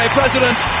president